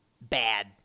bad